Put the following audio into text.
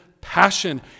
passion